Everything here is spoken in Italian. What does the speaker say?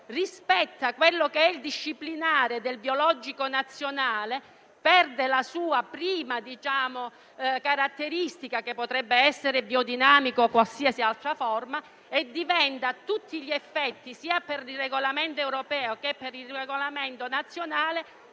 rispetta il disciplinare del biologico nazionale, perde la sua prima caratteristica (che potrebbe essere biodinamico o qualsiasi altra forma) e diventa a tutti gli effetti biologico, sia per il regolamento europeo che per il regolamento nazionale.